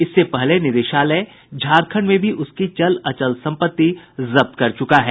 इससे पहले निदेशालय झारखंड में भी उसकी चल अचल संपत्ति जब्त कर चुका है